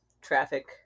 traffic